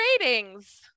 ratings